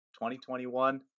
2021